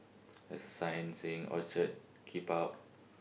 there's a sign saying orchard keep out